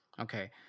okay